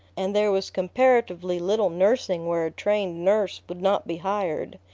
and there was comparatively little nursing where a trained nurse would not be hired.